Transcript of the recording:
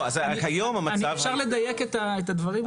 אפשר לדייק את הדברים?